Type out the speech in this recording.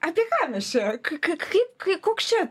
apie ką mes čia k k kaip kai koks čia